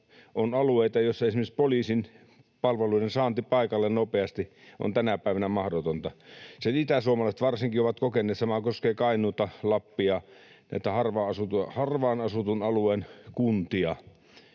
on alueita, joilla esimerkiksi poliisin palveluiden saanti paikalle nopeasti on tänä päivänä mahdotonta. Sen itäsuomalaiset varsinkin ovat kokeneet, ja sama koskee Kainuuta, Lappia, harvaan asutun alueen kuntia.